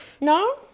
No